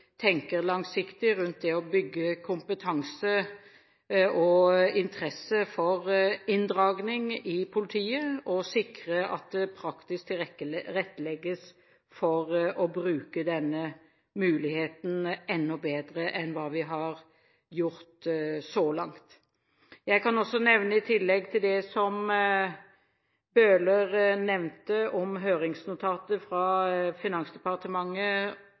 tenker langsiktig rundt det å bygge kompetanse og rundt interessen for inndragning og det å sikre at det praktisk tilrettelegges for å bruke denne muligheten enda bedre enn vi har gjort så langt. Når det gjelder det som representanten Bøhler nevnte om høringsnotatet fra Finansdepartementet